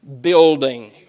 building